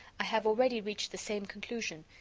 i have already reached the same conclusion,